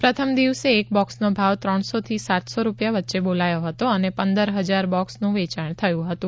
પ્રથમ દિવસે એક બોક્સનો ભાવ ત્રણસોથી સાતસો રૂપિયા વચ્ચે બોલાયો હતો અને પંદર હજાર બોક્સનું વેચાણ થયું હતું